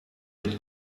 mit